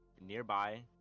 nearby